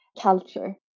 culture